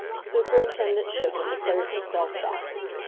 superintendent shipman declares himself baffled.